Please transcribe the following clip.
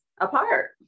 apart